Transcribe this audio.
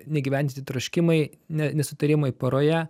neįgyvendinti troškimai ne nesutarimai poroje